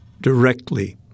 directly